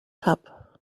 cub